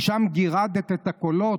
משם גירדת את הקולות.